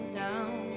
down